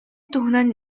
туһунан